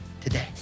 today